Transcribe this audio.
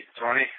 Tony